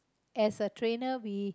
as a trainer we